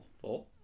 Four